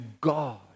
God